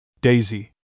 Daisy